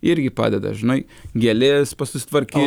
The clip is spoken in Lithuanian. irgi padeda žinai gėlės susitvarkys